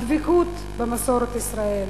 הדבקות במסורת ישראל,